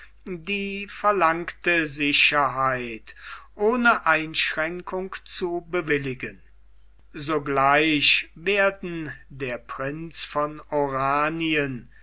die verlangte sicherheit ohne einschränkung zu bewilligen sogleich werden der prinz von oranien